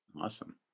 Awesome